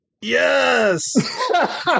Yes